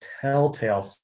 telltale